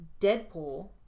Deadpool